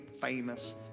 famous